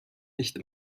nicht